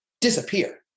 disappear